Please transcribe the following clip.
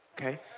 okay